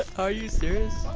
are you serious?